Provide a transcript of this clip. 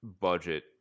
budget